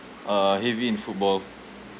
uh heavy in football